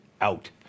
out